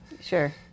Sure